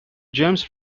james